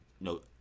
No